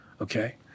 okay